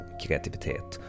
kreativitet